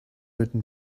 written